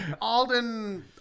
Alden